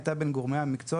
בין גורמי המקצוע,